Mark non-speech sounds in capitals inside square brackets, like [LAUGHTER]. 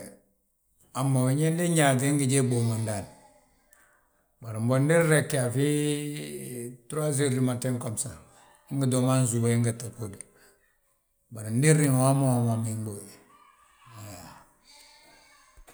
Hamma wi, ñe ndi nyaat ingi je ɓuu mo ndaani. Bari ndi nrege a fii [HESITATION] turwasor di maten gomusa, ingi too mo han súba ingetta ɓuu de. Bari ndi nriŋ mo hammu hammuyi inɓuuyi hee.